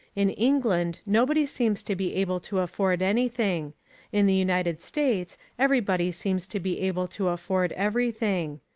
in england nobody seems to be able to afford anything in the united states everybody seems to be able to afford everything.